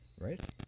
right